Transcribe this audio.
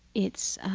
it's